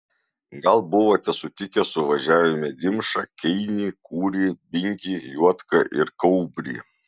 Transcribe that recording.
gal buvote sutikę suvažiavime dimšą keinį kūrį binkį juodką ir kaubrį